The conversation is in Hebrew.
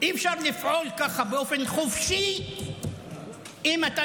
אי-אפשר לפעול ככה באופן חופשי אם אתה